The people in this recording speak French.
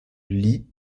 lee